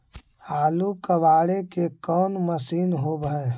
आलू कबाड़े के कोन मशिन होब है?